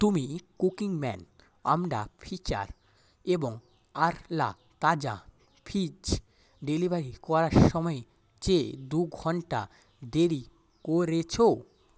তুমি কুকিংম্যান আমরা ফিচার এবং আরলা তাজা ফিজ ডেলিভারি করার সময়ের চেয়ে দু ঘন্টা দেরী করেছ